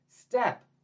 step